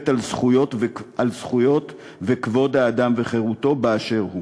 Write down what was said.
על זכויות וכבוד אדם וחירותו באשר הוא.